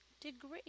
degree